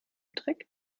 dreck